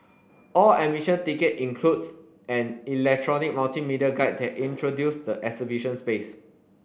all admission ticket includes an electronic multimedia guide that introduce the exhibition space